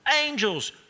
angels